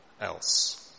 else